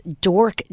Dork